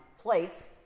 plates